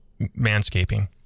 manscaping